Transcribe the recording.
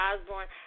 Osborne